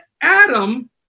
Adam